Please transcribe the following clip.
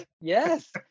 yes